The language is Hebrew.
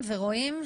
שומעים ורואים.